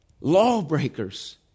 lawbreakers